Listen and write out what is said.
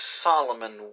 Solomon